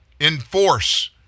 enforce